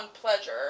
pleasure